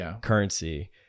currency